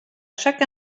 chaque